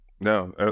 no